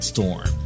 Storm